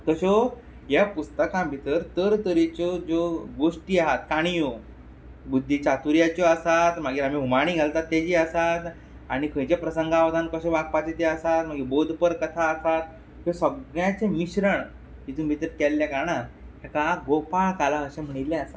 तश्यो हे पुस्तकांत भितर तर तरेच्यो ज्यो गोष्टी आहात काणयो बुध्दीचातुर्याच्यो आसात मागीर आमी हुमाणीं घालतात तेजी आसात आनी खंयच्या प्रसंगा वेळार कशें वागपाचें तें आसा मागीर बौध्दपर कथा आसात ह्या सगळ्यांचें मिश्रण हितूंत भितर केल्ले कारणान तेका गोपाळ काला अशें म्हणील्लें आसा